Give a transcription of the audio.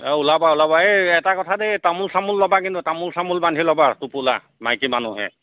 এই ওলাবা ওলাবা এই এটা কথা দেই তামোল চামোল ল'বা কিন্তু তামোল চামোল বান্ধি ল'বা টোপোলা মাইকী মানুহে